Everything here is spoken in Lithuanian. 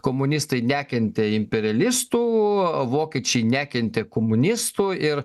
komunistai nekentė imperialistų o vokiečiai nekentė komunistų ir